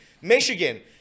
Michigan